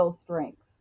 strengths